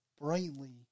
brightly